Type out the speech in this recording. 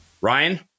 Ryan